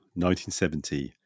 1970